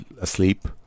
asleep